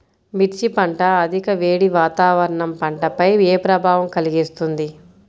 మిర్చి పంట అధిక వేడి వాతావరణం పంటపై ఏ ప్రభావం కలిగిస్తుంది?